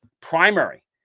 primary